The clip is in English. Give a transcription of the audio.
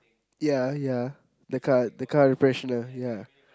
ya ya the car the car refreshner ya